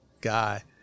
guy